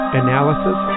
analysis